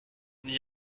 n’y